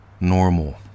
normal